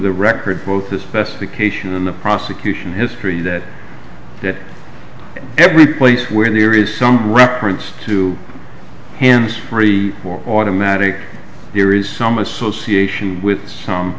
the record both the specification and the prosecution history that it every place where there is some reference to hands free or automatic here is some association with some